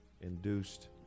induced